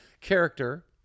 character